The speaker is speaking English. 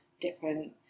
different